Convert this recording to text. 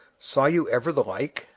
saw you ever the like?